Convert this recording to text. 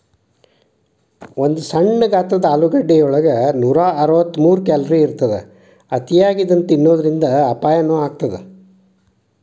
ಒಂದು ಸಣ್ಣ ಗಾತ್ರದ ಆಲೂಗಡ್ಡೆಯಲ್ಲಿ ನೂರಅರವತ್ತಮೂರು ಕ್ಯಾಲೋರಿ ಇರತ್ತದ, ಅತಿಯಾಗಿ ಇದನ್ನ ತಿನ್ನೋದರಿಂದ ಅಪಾಯನು ಆಗತ್ತದ